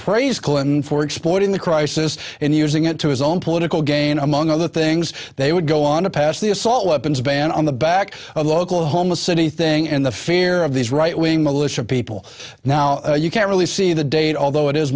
praise cohen for exploiting the crisis and using it to his own political gain among other things they would go on to pass the assault weapons ban on the back of the oklahoma city thing and the fear of these right wing militia people now you can't really see the date although it is